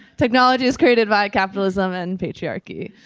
technology is created by capitalism and patriarchy.